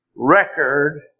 Record